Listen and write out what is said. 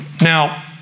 Now